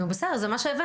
נו, בסדר, זה מה שהבאנו.